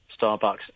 Starbucks